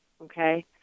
okay